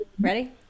ready